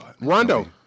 Rondo